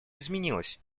изменилось